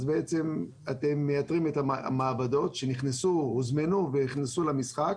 אז בעצם אתם מייתרים את המעבדות שהוזמנו והוכנסו למשחק